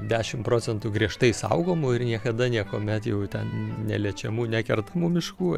dešimt procentų griežtai saugomų ir niekada niekuomet jau ten neliečiamų nekertamų miškų